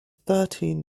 thirteen